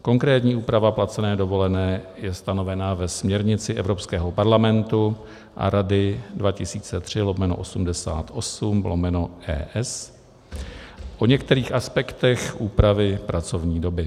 Konkrétní úprava placené dovolené je stanovena ve směrnici Evropského parlamentu a Rady 2003/88/ES, o některých aspektech úpravy pracovní doby.